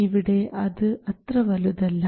ഇവിടെ അത് അത്ര വലുതല്ല